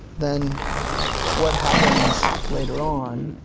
than what happens later on.